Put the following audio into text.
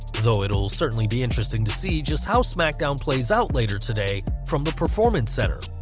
though it'll certainly be interesting to see just how smackdown plays out later today, from the performance center.